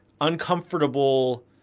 uncomfortable